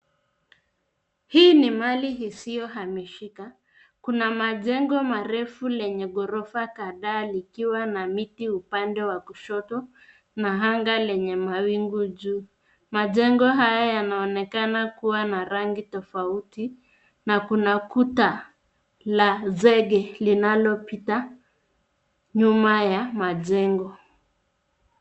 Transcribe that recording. Hii ni mali isiyohamishika. Kuna majengo marefu lenye ghorofa kadhaa likiwa na miti upande wa kushoto na anga lenye mawingu juu. Majengo haya yanaonekana kuwa na rangi tofauti na kuna kuta la zege linalopita nyuma ya majengo.